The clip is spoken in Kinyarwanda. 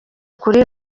kuri